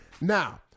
Now